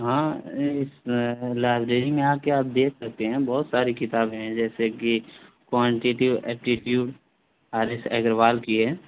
ہاں اس لائبریری میں آ کے آپ دیکھ سکتے ہیں بہت ساری کتابیں ہیں جیسے کہ quantitative aptitude R S Aggarwal کی ہے